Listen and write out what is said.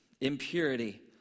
impurity